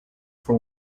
for